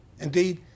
Indeed